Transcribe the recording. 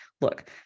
look